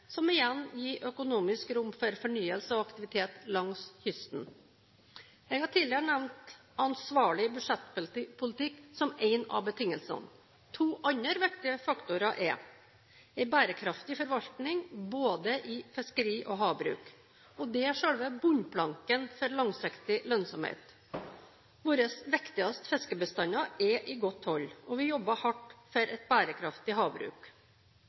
som igjen gir økonomisk rom for fornyelse og aktivitet langs kysten. Jeg har tidligere nevnt ansvarlig budsjettpolitikk som en av betingelsene. To andre viktige faktorer er: En bærekraftig forvaltning, både i fiskeri og havbruk. Det er selve bunnplanken for langsiktig lønnsomhet. Våre viktigste fiskebestander er i godt hold, og vi jobber hardt for et bærekraftig havbruk.